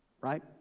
Right